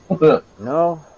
No